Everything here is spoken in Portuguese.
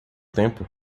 tempo